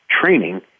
training